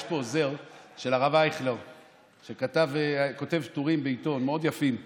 יש פה עוזר של הרב אייכלר שכותב טורים מאוד יפים בעיתון.